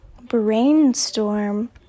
brainstorm